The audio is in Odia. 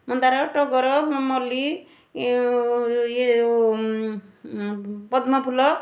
ମନ୍ଦାର ଟଗର ମ ମଲ୍ଲି ଇଏ ପ ପଦ୍ମଫୁଲ